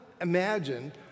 imagine